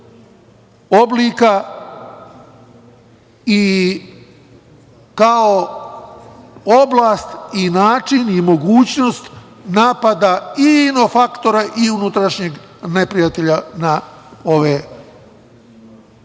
oblika i kao oblast i način i mogućnost napada i ino-faktora i unutrašnjeg neprijatelja na sve što